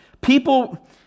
People